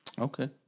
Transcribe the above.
Okay